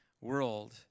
world